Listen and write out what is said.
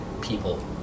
people